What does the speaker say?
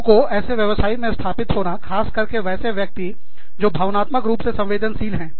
लोगों को ऐसे व्यवसाय में स्थापित होना खास करके वैसे व्यक्ति जो भावनात्मक रूप से संवेदनशील हैं